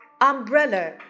umbrella